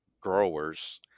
growers